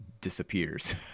disappears